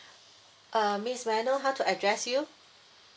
uh miss may I know how to address you